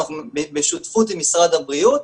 אנחנו בשותפות עם משרד הבריאות,